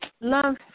Love